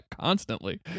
constantly